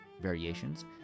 variations